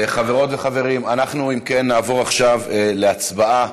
חברות וחברים, אם כן, אנחנו נעבור עכשיו להצבעה